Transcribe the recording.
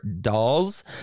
dolls